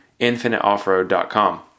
infiniteoffroad.com